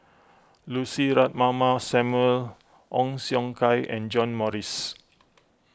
Lucy Ratnammah Samuel Ong Siong Kai and John Morrice